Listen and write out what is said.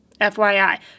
FYI